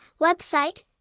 website